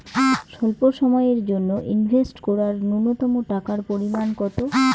স্বল্প সময়ের জন্য ইনভেস্ট করার নূন্যতম টাকার পরিমাণ কত?